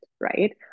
right